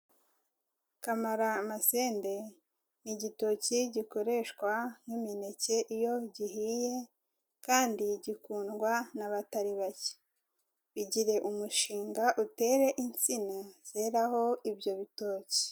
Kamaramasede ni igitoki gikoreshwa nk'imineke iyo gihiye kandi gikundwa n'aba batari bake, bigire umushinga utere insina zeraho ibyo bitoki.